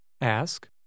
Ask